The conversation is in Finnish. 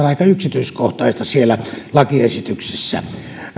aika yksityiskohtaista siellä lakiesityksessä